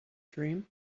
dream